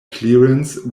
clearance